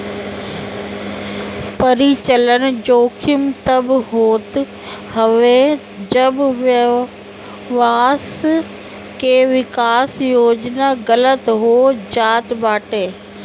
परिचलन जोखिम तब होत हवे जब व्यवसाय के विकास योजना गलत हो जात बाटे